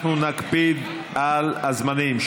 אנחנו נקפיד על הזמנים.